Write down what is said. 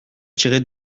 tiré